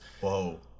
Whoa